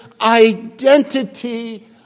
identity